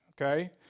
Okay